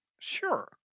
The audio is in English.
Sure